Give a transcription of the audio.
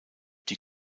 die